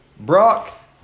Brock